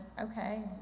okay